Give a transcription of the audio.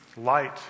light